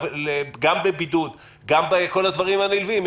גם בבידוד וגם בכל הדברים הנלווים,